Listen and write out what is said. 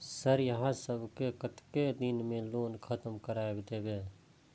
Sir यहाँ सब कतेक दिन में लोन खत्म करबाए देबे?